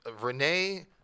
Renee